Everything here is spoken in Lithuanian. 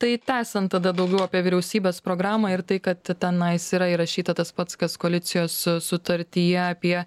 tai tęsiant tada daugiau apie vyriausybės programą ir tai kad tenais yra įrašyta tas pats kas koalicijos sutartyje apie